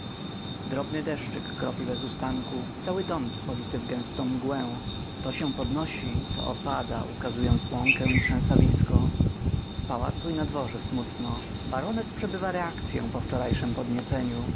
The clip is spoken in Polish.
drobny deszczyk kropi bezustanku cały dom spowity w gęstą mgłę to się podnosi to opada ukazując łąkę i trzęsawisko w pałacu i na dworze smutno baronet przebywa reakcyę po wczorajszem podnieceniu